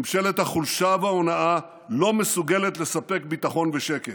ממשלת החולשה וההונאה לא מסוגלת לספק ביטחון ושקט.